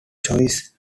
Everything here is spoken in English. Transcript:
choice